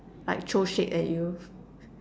like throw shit at you